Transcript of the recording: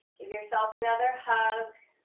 give yourself another hug,